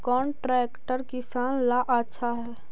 कौन ट्रैक्टर किसान ला आछा है?